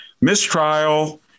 mistrial